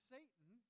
Satan